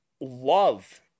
love